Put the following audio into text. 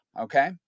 okay